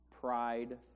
Pride